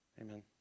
Amen